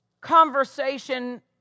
conversation